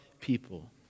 people